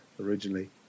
originally